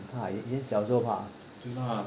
ah 以前小的时候怕